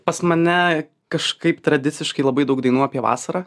pas mane kažkaip tradiciškai labai daug dainų apie vasarą